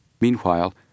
Meanwhile